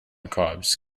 cobs